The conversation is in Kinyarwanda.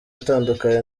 atandukanye